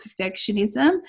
perfectionism